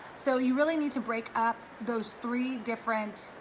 so you really need to break up those three different